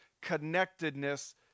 connectedness